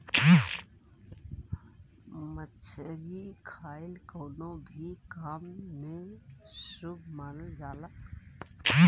मछरी खाईल कवनो भी काम में शुभ मानल जाला